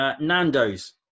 Nando's